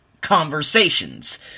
conversations